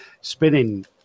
spinning